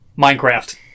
minecraft